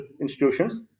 institutions